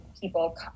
people